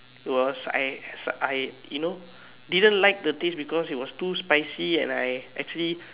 was I was I you know didn't like the taste because it was too spicy and I actually